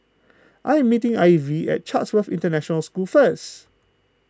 I am meeting Ivey at Chatsworth International School first